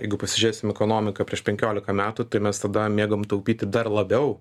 jeigu pasižiūrėsim ekonomiką prieš penkiolika metų tai mes tada mėgom taupyti dar labiau